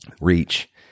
reach